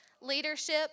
leadership